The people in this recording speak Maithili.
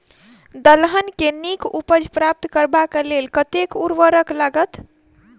दलहन केँ नीक उपज प्राप्त करबाक लेल कतेक उर्वरक लागत?